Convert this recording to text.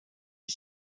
you